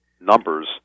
numbers